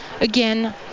again